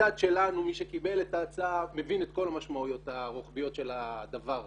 בצד שלנו מי שקיבל את ההצעה מבין את כל המשמעויות הרוחביות של הדבר הזה.